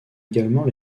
également